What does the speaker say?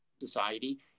society